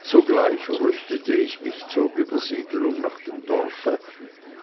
sogleich rüstete ich mich zur übersiedelung nach dem dorfe